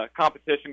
competition